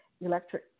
electric